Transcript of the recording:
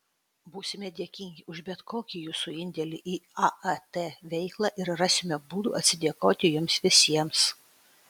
būsime dėkingi už bet kokį jūsų indėlį į aat veiklą ir rasime būdų atsidėkoti jums visiems